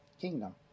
kingdom